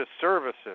services